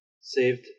saved